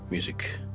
Music